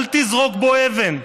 אל תזרוק בו אבן.